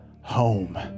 home